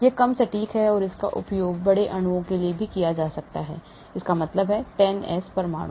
यह कम सटीक है इसका उपयोग बड़े अणुओं के लिए भी किया जा सकता है इसका मतलब है कि 100s परमाणु